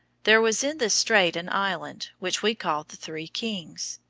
there was in this strait an island, which we called the three kings.